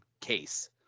case